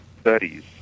studies